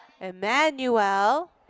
Emmanuel